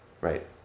Right